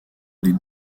les